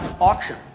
auction